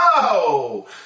no